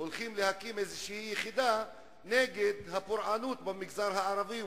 הולכים להקים יחידה נגד הפורענות במגזר הערבי,